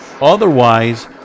Otherwise